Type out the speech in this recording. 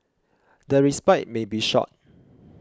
the respite may be short